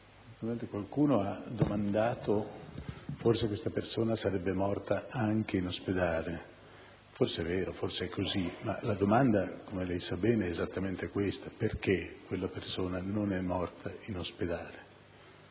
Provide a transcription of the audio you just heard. qualcuno si è domandato se questa persona sarebbe morta anche in ospedale. Forse è così, ma la domanda, come lei sa bene, è esattamente questa: perché quella persona non è morta in ospedale?